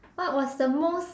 what was the most